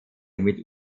mit